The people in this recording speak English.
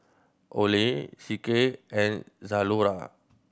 Olay C K and Zalora